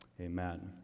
amen